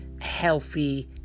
healthy